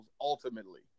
ultimately